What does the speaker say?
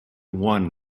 one